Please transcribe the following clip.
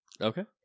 Okay